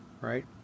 Right